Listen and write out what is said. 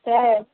तेंच